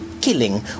killing